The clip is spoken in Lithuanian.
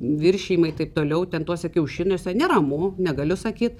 viršijimai taip toliau ten tuose kiaušiniuose neramu negaliu sakyt